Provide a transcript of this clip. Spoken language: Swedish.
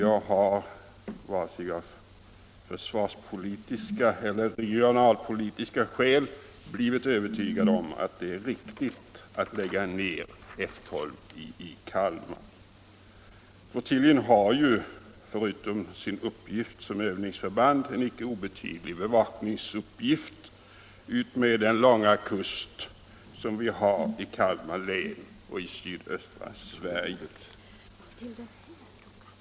Av såväl försvarspolitiska som regionalpolitiska skäl är jag inte övertygad om att det är riktigt att lägga ned F 12 i Kalmar. Flottiljen har, förutom sin uppgift som övningsförband, en icke obetydlig bevakningsuppgift utmed den långa kusten i Kalmar län och i sydöstra Sverige.